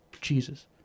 Jesus